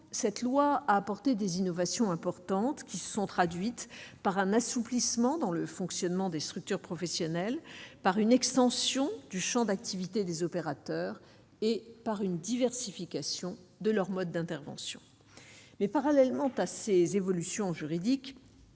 cette loi à apporter des innovations importantes qui se sont traduites par un assouplissement dans le fonctionnement des structures professionnelles par une extension du Champ d'activité des opérateurs et par une diversification de leurs modes d'intervention, mais parallèlement à ces évolutions juridiques,